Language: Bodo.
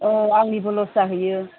औ आंनिबो लस जाहैयो